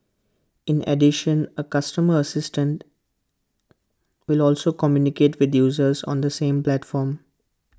in addition A customer assistant will also communicate with users on the same platforms